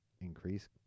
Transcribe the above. increase